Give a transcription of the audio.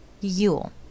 yule